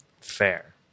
Fair